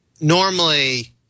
Normally